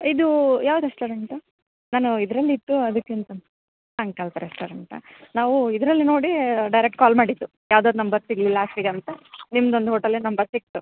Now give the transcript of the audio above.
ಇದೂ ಯಾವ ರೆಸ್ಟೋರೆಂಟು ನಾನು ಇದ್ರಲ್ಲಿತ್ತು ಅದಕ್ಕೆಂತ ರೆಸ್ಟೋರೆಂಟಾ ನಾವು ಇದರಲ್ಲಿ ನೋಡಿ ಡೈರೆಕ್ಟ್ ಕಾಲ್ ಮಾಡಿದ್ದು ಯಾವ್ದಾದ್ರು ನಂಬರ್ ಸಿಗಲಿ ಲಾಸ್ಟಿಗೆ ಅಂತ ನಿಮ್ದೊಂದು ಹೋಟಲಿದ್ದು ನಂಬರ್ ಸಿಕ್ಕಿತು